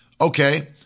Okay